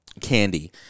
candy